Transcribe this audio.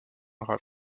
grave